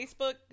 Facebook